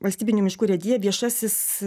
valstybinių miškų urėdija viešasis